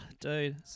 dude